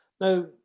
Now